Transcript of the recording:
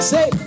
Say